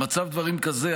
במצב דברים כזה,